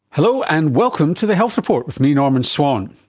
hello, and welcome to the health report with me, norman swan.